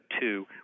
two